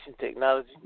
technology